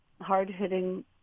hard-hitting